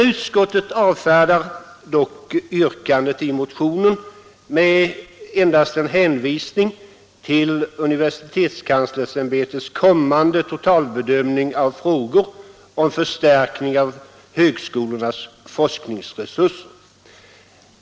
Utskottet avfärdar dock yrkandet i motionen med endast en hänvisning till universitetskanslersämbetets kommande totalbedömande av frågor om förstärkning av högskolornas forskningsresurser.